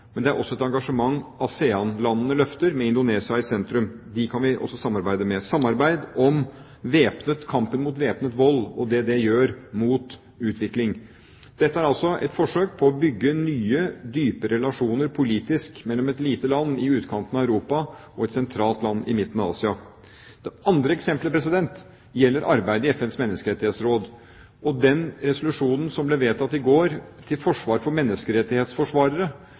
men det er også et engasjement ASEAN-landene løfter, med Indonesia i sentrum. De kan vi også samarbeide med. Vi snakket også om samarbeid om kampen mot væpnet vold og hva det gjør mot utvikling. Dette er altså et forsøk på å bygge nye, dype relasjoner politisk mellom et lite land i utkanten av Europa og et sentralt land i midten av Asia. Det andre eksemplet gjelder arbeidet i FNs menneskerettighetsråd. Den resolusjonen som ble vedtatt i går til forsvar for menneskerettighetsforsvarere,